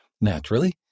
Naturally